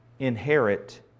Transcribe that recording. inherit